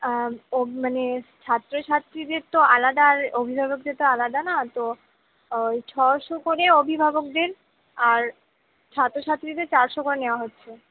ও মানে ছাত্রছাত্রীদের তো আলাদা আর অভিভাবকদের তো আলাদা না তো ওই ছশো করে অভিভাবকদের আর ছাত্রছাত্রীদের চারশো করে নেওয়া হচ্ছে